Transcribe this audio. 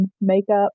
makeup